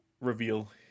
reveal